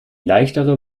leichtere